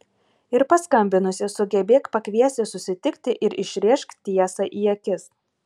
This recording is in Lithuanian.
ir paskambinusi sugebėk pakviesti susitikti ir išrėžk tiesą į akis